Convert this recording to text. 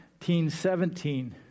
17